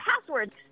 passwords